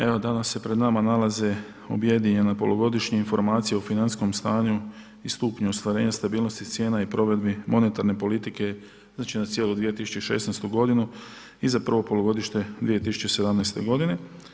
Evo danas se pred nama nalaze objedinjena Polugodišnja informacija o financijskom stanju i stupnju ostvarenja stabilnosti i cijena provedbi monetarne politike za cijelu 2016. godinu i za prvo polugodište 2017. godine.